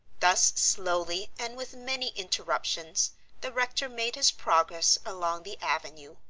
thus slowly and with many interruptions the rector made his progress along the avenue.